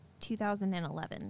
2011